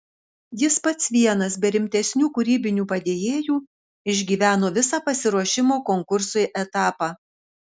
jis pats vienas be rimtesnių kūrybinių padėjėjų išgyveno visą pasiruošimo konkursui etapą